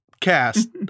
Cast